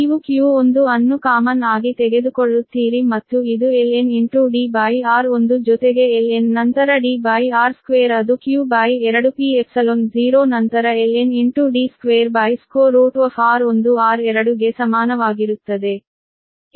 ನೀವು q1 ಅನ್ನು common ಆಗಿ ತೆಗೆದುಕೊಳ್ಳುತ್ತೀರಿ ಮತ್ತು ಇದು lnDr1 ಜೊತೆಗೆ ln ನಂತರ Dr2 ಅದು q2π0 ನಂತರ ln D2r1r2 ಗೆ ಸಮಾನವಾಗಿರುತ್ತದೆ